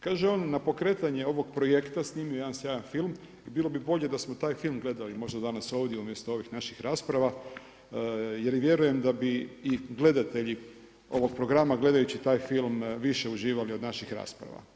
Kaže on na pokretanje ovog projekta snimio je jedan sjajan film, i bilo bi bolje da smo taj film danas gledali možda danas ovdje umjesto ovih naših rasprava jer i vjerujem da bi gledatelji ovog programa gledajući taj film više uživali od naših rasprava.